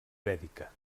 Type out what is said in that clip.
vèdica